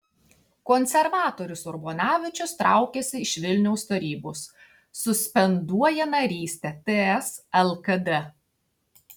konservatorius urbonavičius traukiasi iš vilniaus tarybos suspenduoja narystę ts lkd